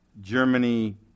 Germany